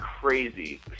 crazy